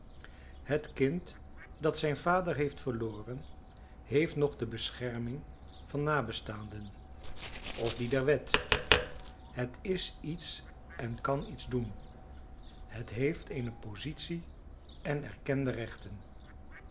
het kind dat zijn vader heeft verloren heeft nog de bescherming van nabestaanden of die der wet het is iets en kan iets doen het heeft eene positie en erkende rechten